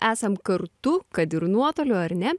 esam kartu kad ir nuotoliu ar ne